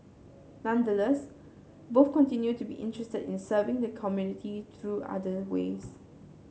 nonetheless both continue to be interested in serving the community through other ways